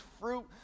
fruit